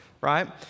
right